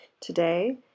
today